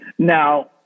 now